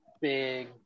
big